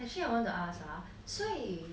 actually I want to ask ah 所以